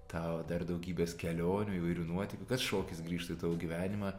tau dar daugybės kelionių įvairių nuotykių kad šokis grįžtų į tavo gyvenimą